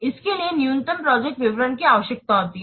इसके लिए न्यूनतम प्रोजेक्ट विवरण की आवश्यकता होती है